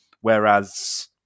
whereas